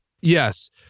Yes